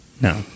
No